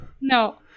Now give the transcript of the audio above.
No